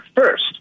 first